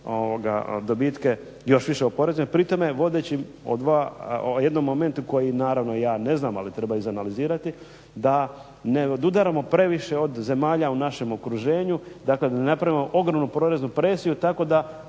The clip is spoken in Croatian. dobitke još više oporezujemo pri tome vodeći o jednom momentu koji naravno ja ne znam, ali treba izanalizirati da ne odudaramo previše od zemalja u našem okruženju, dakle da ne napravimo ogromnu poreznu presiju tako da,